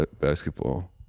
basketball